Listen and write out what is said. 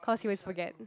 cause he always forget